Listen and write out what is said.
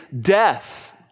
death